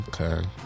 okay